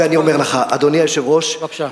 ואני אומר לך, אדוני היושב-ראש, בבקשה.